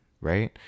right